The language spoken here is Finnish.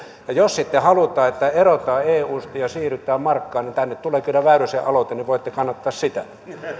jos sitten halutaan että erotaan eusta ja siirrytään markkaan niin tänne tulee kyllä väyrysen aloite voitte kannattaa sitä